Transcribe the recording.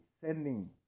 sending